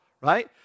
Right